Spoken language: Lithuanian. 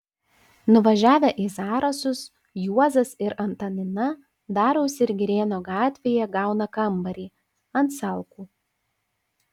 nuvažiavę į zarasus juozas ir antanina dariaus ir girėno gatvėje gauna kambarį ant salkų